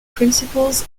principles